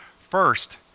First